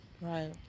right